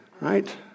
Right